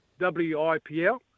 Wipl